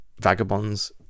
vagabonds